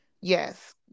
Yes